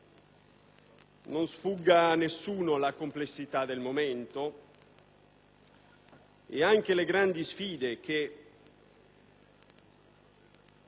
non sfugga a nessuno la complessità del momento nonché le grandi sfide che